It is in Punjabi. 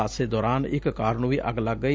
ਹਾਦਸੇ ਦੌਰਾਨ ਇਕ ਕਾਰ ਨੂੰ ਵੀ ਅੱਗ ਲੱਗ ਗਈ